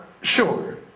sure